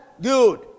Good